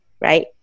right